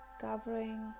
covering